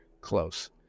close